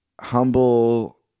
humble